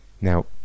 Now